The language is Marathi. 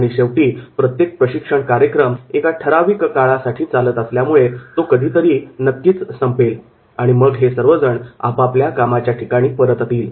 आणि शेवटी प्रत्येक प्रशिक्षण कार्यक्रम एका ठराविक काळासाठी चालत असल्यामुळे तो कधीतरी संपेल आणि मग हे सर्वजण आपापल्या कामाच्या ठिकाणी परततील